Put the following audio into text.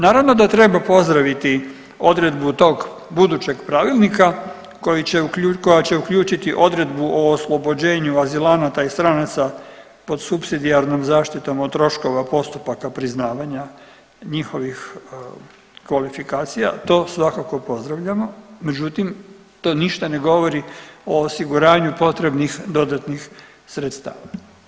Naravno da treba pozdraviti odredbu tog budućeg pravilnika koja će uključiti odredbu o oslobođenju azilanata i stranaca pod supsidijarnom zaštitom od troškova postupaka priznavanja njihovih kvalifikacija, to svakako pozdravljamo, međutim, to ništa ne govori o osiguranju potrebnih dodatnih sredstava.